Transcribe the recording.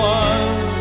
one